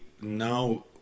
now